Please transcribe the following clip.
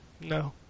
No